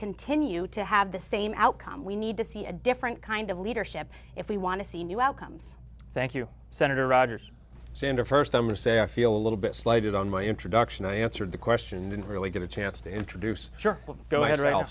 continue to have the same outcome we need to see a different kind of leadership if we want to see new outcomes thank you senator rogers sander first i must say i feel a little bit slighted on my introduction i answered the question didn't really get a chance to introduce sure but go ahead r